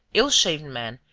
ill-shaven man,